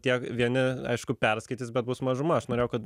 tie vieni aišku perskaitys bet bus mažuma aš norėjau kad